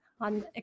on